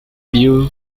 view